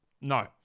No